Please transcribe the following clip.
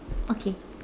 okay